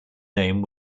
name